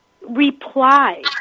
Reply